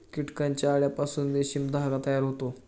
कीटकांच्या अळ्यांपासून रेशीम धागा तयार होतो